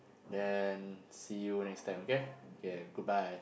ya see you next time okay okay goodbye